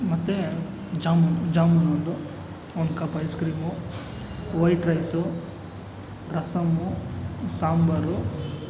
ಮತ್ತೆ ಜಾಮೂನು ಜಾಮೂನು ಒಂದು ಒಂದು cup ice cream white rice rasam sambar